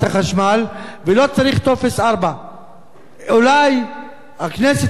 ולא צריך טופס 4. אולי הכנסת היום תקבל החלטה